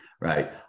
Right